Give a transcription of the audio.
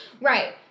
Right